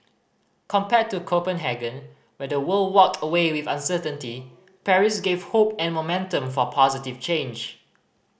compared to Copenhagen where the world walked away with uncertainty Paris gave hope and momentum for positive change